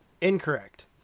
incorrect